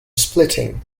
splitting